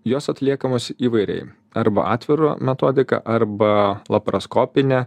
jos atliekamos įvairiai arba atviru metodika arba lapraskopine